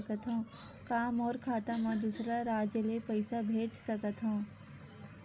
का मोर खाता म दूसरा राज्य ले पईसा भेज सकथव?